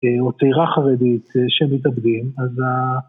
או צאירה חרדית שהם מתאבדים, אז...